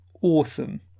Awesome